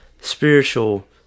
spiritual